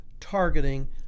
targeting